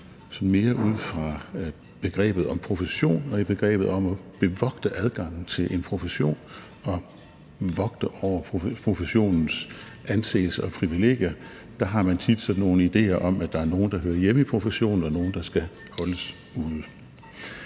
mere ud fra begrebet profession, i begrebet om at bevogte adgangen til en profession og om at vogte over professionens anseelse og privilegier. Der har man tit sådan nogle idéer om, at der er nogle, der hører hjemme i professionen, og nogle, der skal holdes ude.